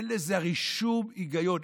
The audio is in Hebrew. אין לזה הרי שום היגיון.